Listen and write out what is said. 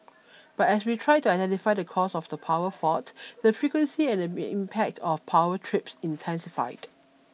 but as we tried to identify the cause of the power fault the frequency and impact of power trips intensified